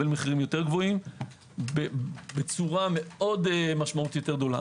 מחירים יותר גבוהים בצורה מאוד משמעותית לדולר.